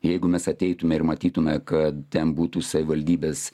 jeigu mes ateitume ir matytume kad ten būtų savivaldybės